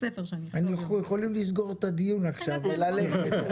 אנחנו יכולים לסגור את הדיון עכשיו וללכת...